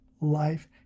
life